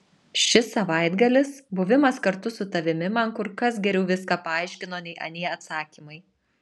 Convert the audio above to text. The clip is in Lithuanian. šis savaitgalis buvimas kartu su tavimi man kur kas geriau viską paaiškino nei anie atsakymai